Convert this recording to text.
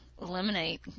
eliminate